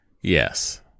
Yes